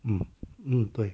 嗯嗯对